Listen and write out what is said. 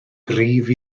gryf